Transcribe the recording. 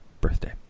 birthday